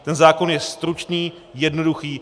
Ten zákon je stručný, jednoduchý.